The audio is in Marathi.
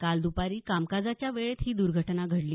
काल द्पारी कामकाजाच्या वेळेत ही दुर्घटना घडली